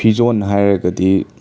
ꯐꯤꯖꯣꯟ ꯍꯥꯏꯔꯒꯗꯤ